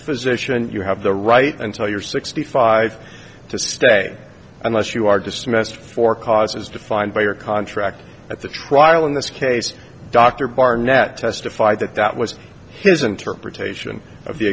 position you have the right until you're sixty five to stay unless you are dismissed for cause as defined by your contract at the trial in this case dr barnett testified that that was his interpretation of the